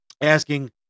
asking